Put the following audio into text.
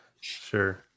Sure